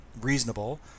reasonable